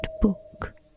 book